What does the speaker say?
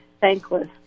thankless